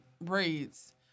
braids